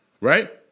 Right